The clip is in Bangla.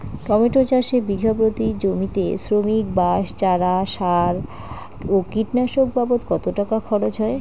টমেটো চাষে বিঘা প্রতি জমিতে শ্রমিক, বাঁশ, চারা, সার ও কীটনাশক বাবদ কত টাকা খরচ হয়?